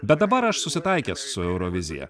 bet dabar aš susitaikęs su eurovizija